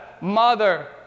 mother